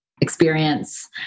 experience